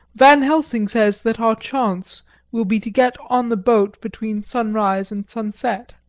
van helsing says that our chance will be to get on the boat between sunrise and sunset.